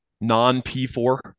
non-P4